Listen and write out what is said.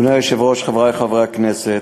אדוני היושב-ראש, חברי חברי הכנסת,